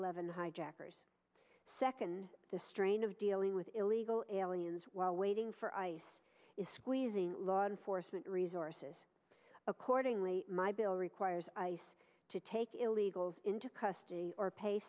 eleven hijackers second the strain of dealing with illegal aliens while waiting for ice is squeezing law enforcement resources accordingly my bill requires ice to take illegals into custody or pay